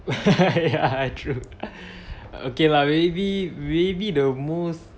ya true okay lah maybe maybe the most